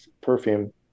perfume